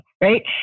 right